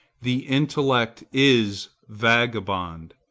the intellect is vagabond,